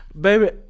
baby